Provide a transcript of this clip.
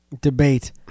Debate